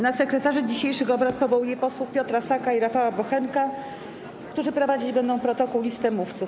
Na sekretarzy dzisiejszych obrad powołuję posłów Piotra Saka i Rafała Bochenka, którzy prowadzić będą protokół i listę mówców.